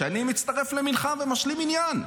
שאני מצטרף למנחה ומשלים מניין,